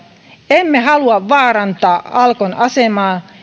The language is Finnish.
emme halua vaarantaa alkon asemaa